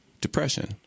depression